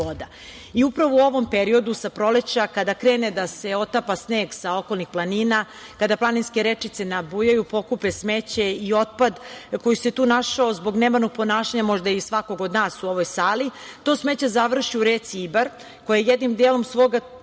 voda. Upravo u ovom periodu, sa proleća, kada krene da se otapa sneg sa okolnih planina, kada planinske rečice nabujaju, pokupe smeće i otpad koji se tu našao zbog nemarnog ponašanja možda i svakog od nas u ovoj sali, to smeće završi u reci Ibar, koja jednim delom svoga toka